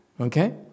okay